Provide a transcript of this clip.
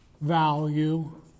value